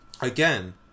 Again